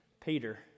Peter